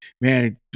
man